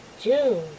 June